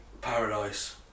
paradise